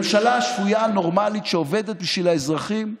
ממשלה שפויה, נורמלית, שעובדת בשביל האזרחים,